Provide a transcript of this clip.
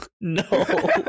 No